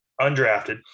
undrafted